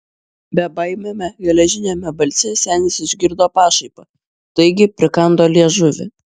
bebaimiame geležiniame balse senis išgirdo pašaipą taigi prikando liežuvį